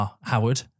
Howard